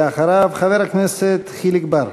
ואחריו, חבר הכנסת חיליק בר.